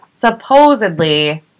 supposedly